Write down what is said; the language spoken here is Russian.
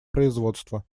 производство